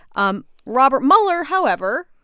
um robert mueller, however,